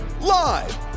live